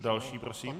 Další prosím.